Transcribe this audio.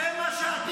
זה מה שעשית?